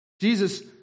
Jesus